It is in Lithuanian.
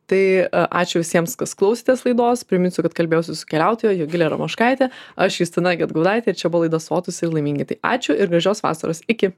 tai ačiū visiems kas klausėtės laidos priminsiu kad kalbėjausi su keliautoja jogile ramoškaite aš justina gedgaudaitė ir čia buvo laida sotūs ir laimingi tai ačiū ir gražios vasaros iki